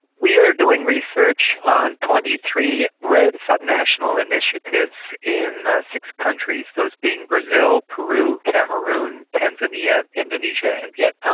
we are doing research on twenty three redd subnational initiatives in six countries, those being brazil, peru, cameroon, tanzania, indonesia and vietnam.